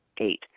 Eight